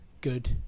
good